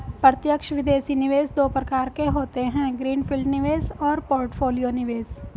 प्रत्यक्ष विदेशी निवेश दो प्रकार के होते है ग्रीन फील्ड निवेश और पोर्टफोलियो निवेश